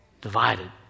Divided